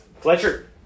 fletcher